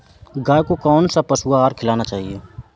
गाय को कौन सा पशु आहार खिलाना चाहिए?